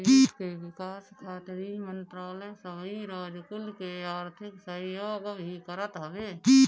देस के विकास खातिर इ मंत्रालय सबही राज कुल के आर्थिक सहयोग भी करत हवे